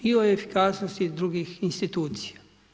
I o efikasnosti drugih institucija.